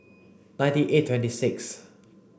ninety eight twenty sixth